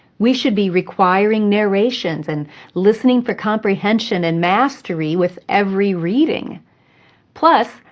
we should be requiring narrations and listening for comprehension and mastery with every reading plus,